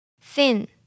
Thin